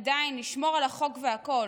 עדיין לשמור על החוק והכול,